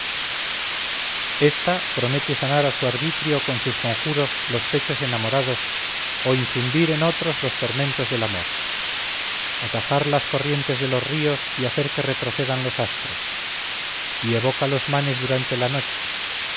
esta promete sanar a su arbitrio con sus conjuros los pechos enamorados o infundir en otros los tormentos del amor atajar las corrientes de los ríos y hacer que retrocedan los astros y evoca los manes durante la noche